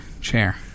chair